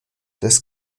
des